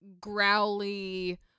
growly